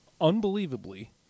unbelievably